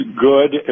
good